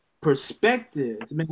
perspectives